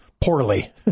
poorly